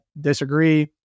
disagree